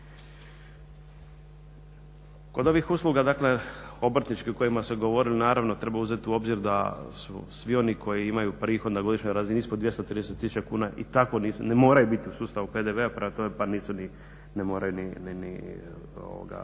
Kod ovih usluga dakle obrtničkih o kojima se govori naravno treba uzeti u obzir da svi oni koji imaju prihod na godišnjoj razini ispod 230 tisuća kuna i tako ne moraju biti u sustavu PDV-a prema tome pa ne moraju ni na svojim